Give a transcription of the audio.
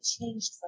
changed